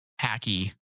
hacky